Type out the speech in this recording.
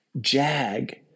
Jag